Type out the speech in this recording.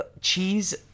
Cheese